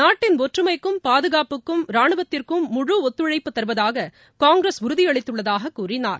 நாட்டின் ஒற்றுமைக்கும் பாதுகாப்புக்கும் ரானுவத்திற்கும் முழு ஒத்துழைப்புத் தருவதாக காங்கிரஸ் உறுதியளித்துள்ளதாகவும் அவர் கூறினார்